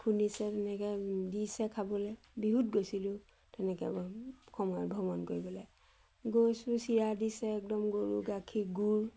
খুন্দিছে তেনেকৈ দিছে খাবলৈ বিহুত গৈছিলোঁ তেনেকৈ মই সময়ত ভ্ৰমণ কৰিবলে গৈছোঁ চিৰা দিছে একদম গৰু গাখীৰ গুড়